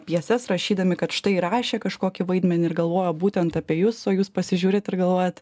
pjeses rašydami kad štai rašė kažkokį vaidmenį ir galvojo būtent apie jus o jūs pasižiūrit ir galvojat